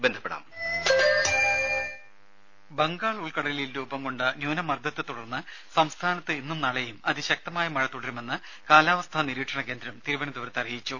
രുദ ബംഗാൾ ഉൾക്കടലിൽ രൂപംകൊണ്ട ന്യൂനമർദ്ദത്തെത്തുടർന്ന് സംസ്ഥാനത്ത് ഇന്നും നാളെയും അതിശക്ത മഴ തുടരുമെന്ന് കാലാവസ്ഥാനിരീക്ഷണ കേന്ദ്രം അറിയിച്ചു